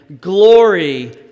glory